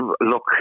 Look